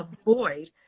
avoid